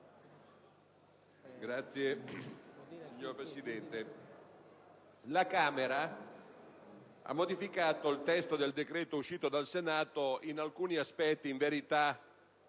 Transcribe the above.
*(PD)*. Signor Presidente, la Camera ha modificato il testo del decreto uscito dal Senato in alcuni aspetti in verità